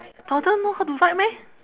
toddler know how to write meh